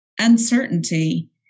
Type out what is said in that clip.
uncertainty